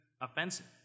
offensive